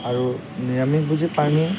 আৰু নিৰামিষভোজী প্ৰাণী